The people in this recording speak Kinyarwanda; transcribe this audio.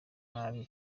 nab